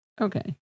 Okay